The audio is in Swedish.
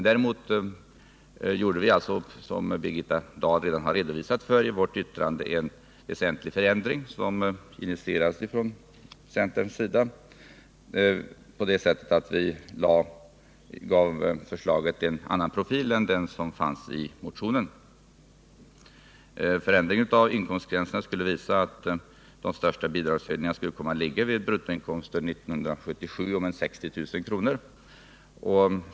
Däremot gjorde vi, som Birgitta Dahl redan redovisat, i vårt yttrande en väsentlig förändring, initierad från centerns sida, då vi gav förslaget en annan profil än det hade i motionen. Förändringen av inkomstgränserna visar att de största bidragshöjningarna skulle komma att ligga vid bruttoinkomster år 1977 på ca 60 000 kr.